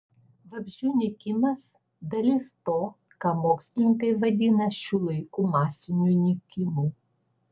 vabzdžių nykimas dalis to ką mokslininkai vadina šių laikų masiniu nykimu